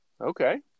okay